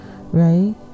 right